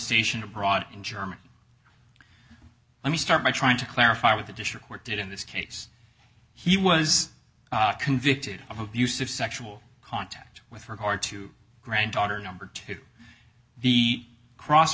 stationed abroad in germany let me start by trying to clarify with the district what did in this case he was convicted of abuse of sexual contact with regard to granddaughter number two the cross